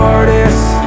artists